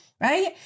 right